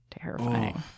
Terrifying